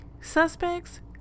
suspects